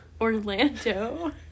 Orlando